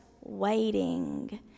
waiting